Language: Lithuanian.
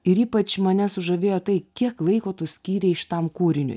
ir ypač mane sužavėjo tai kiek laiko tu skyrei šitam kūriniui